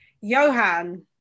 Johan